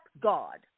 God